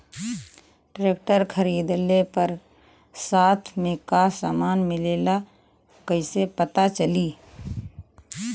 Tractor खरीदले पर साथ में का समान मिलेला कईसे पता चली?